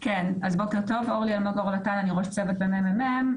בוקר טוב, אורלי אלמגור לוטן, אני ראש צוות בממ"מ.